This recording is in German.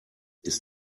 ist